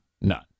none